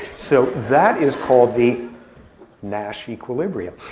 so that is called the nash equilibrium.